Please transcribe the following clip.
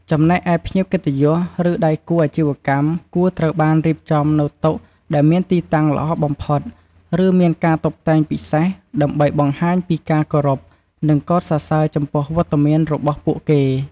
ចំណែកឯភ្ញៀវកិត្តិយស ឬដៃគូអាជីវកម្មគួរត្រូវបានរៀបចំនៅតុដែលមានទីតាំងល្អបំផុត ឬមានការតុបតែងពិសេស ដើម្បីបង្ហាញពីការគោរព និងកោតសរសើរចំពោះវត្តមានរបស់ពួកគេ។